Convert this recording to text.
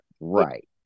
right